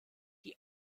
die